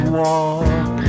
walk